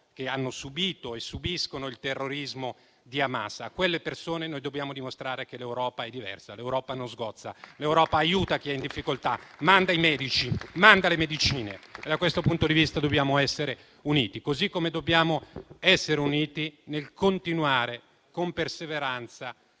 che hanno subito e subiscono il terrorismo di Hamas. A quelle persone noi dobbiamo dimostrare che l'Europa è diversa. L'Europa non sgozza. L'Europa aiuta chi è in difficoltà. Manda i medici, manda le medicine. Da questo punto di vista, dobbiamo essere uniti, così come dobbiamo essere uniti nel continuare, con perseveranza,